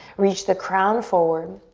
reach the crown forward,